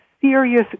serious